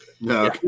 No